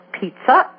pizza